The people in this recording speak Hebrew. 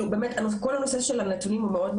כל הנושא של הנתונים הוא מאוד,